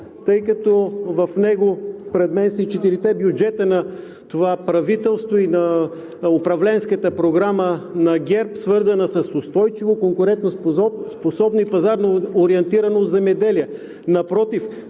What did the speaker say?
тъй като в него – пред мен са и четирите бюджета на това правителство и Управленската програма на ГЕРБ, свързана с устойчиво, конкурентоспособно и пазарно ориентирано земеделие. Напротив,